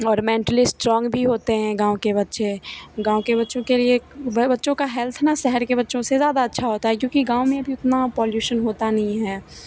और mentally strong भी होते हैं गाँव के बच्चे गाँव के बच्चों के लिए बच्चों का हेल्थ ना शहर के बच्चों से ज़्यादा अच्छा होता है क्योंकि गाँव में इतना पोल्युशन होता नहीं है